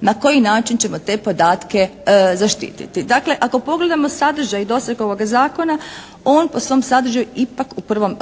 na koji način ćemo te podatke zaštititi? Dakle ako pogledamo sadržaj i doseg ovoga Zakona on po svom sadržaju ipak u prvom,